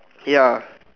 ya